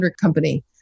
company